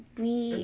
we